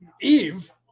Eve